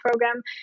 program